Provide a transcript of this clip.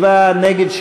נגד?